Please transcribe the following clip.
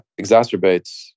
exacerbates